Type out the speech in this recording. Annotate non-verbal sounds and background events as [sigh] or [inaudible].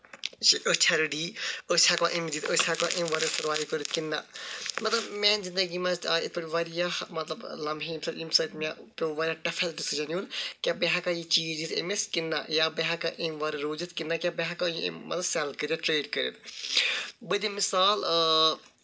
زِ أسۍ چھےٚ رٮ۪ڈی أسۍ ہٮ۪کوا یِم دِتھ أسۍ ہٮ۪کوا اَمہِ وَرٲے [unintelligible] کِنہٕ نہ مطلب میٲنۍ زِندگی منٛز تہِ آیہِ یِتھۍ پٲٹھۍ واریاہ مطلب لمہہ ییٚمہِ سۭتۍ مےٚ پٮ۪وٚو واریاہ ٹَفٮ۪سٹ ڈٮ۪سِجن نِیُن کہِ بہٕ ہٮ۪کہٕ یہِ چیٖز أمِس دِتھ کِنہٕ نہ یا بہٕ ہٮ۪کا اَمہِ وَرٲے روٗزِتھ کِنہ نہ کہِ بہٕ ہٮ۪کا یِم سٮ۪ل کٔرِتھ مطلب ٹرٮ۪ڈ کٔرِتھ بہٕ دِمہٕ مِثال